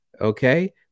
okay